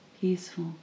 peaceful